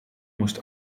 moest